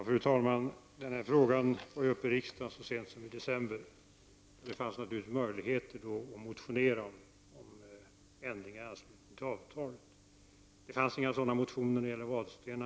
Fru talman! Den här frågan var uppe till debatt i riksdagen så sent som i december. Det har alltså funnits möjligheter att motionera om ändringar i avtalet. Men några sådana motioner om Vadstena har inte väckts.